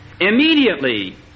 Immediately